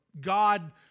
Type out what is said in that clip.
God